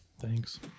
Thanks